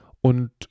und